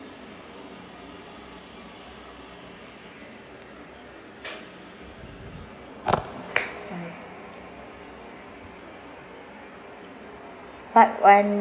sorry part one